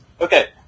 Okay